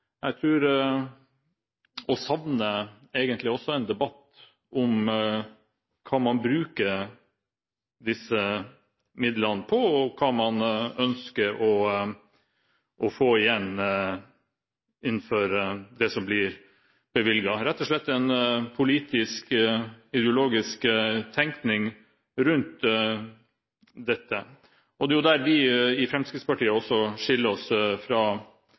Jeg savner egentlig en debatt om hva man bruker disse midlene på, og hva man ønsker å få igjen for det som blir bevilget, rett og slett en politisk, ideologisk tenkning rundt dette. Det er der vi i Fremskrittspartiet skiller oss fra